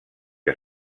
que